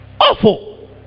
Awful